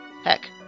Heck